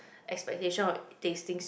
expectation of tastings